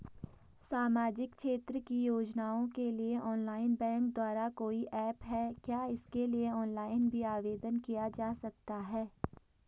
सामाजिक क्षेत्र की योजनाओं के लिए ऑनलाइन बैंक द्वारा कोई ऐप है क्या इसके लिए ऑनलाइन भी आवेदन किया जा सकता है?